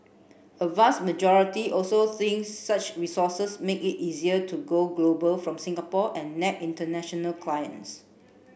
a vast majority also thinks such resources make it easier to go global from Singapore and nab international clients